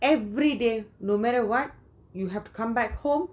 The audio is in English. everyday no matter what you have to come back home